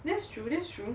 that's true that's true